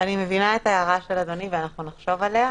אני מבינה את ההערה של אדוני, ואנחנו נחשוב עליה.